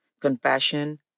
compassion